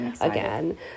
again